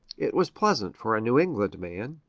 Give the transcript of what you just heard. it was pleasant for a new england man,